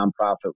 nonprofit